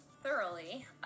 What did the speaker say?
thoroughly